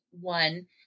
one